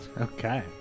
Okay